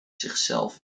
zichzelf